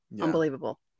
unbelievable